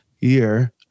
year